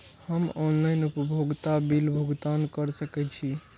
हम ऑनलाइन उपभोगता बिल भुगतान कर सकैछी?